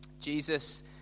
Jesus